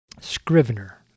Scrivener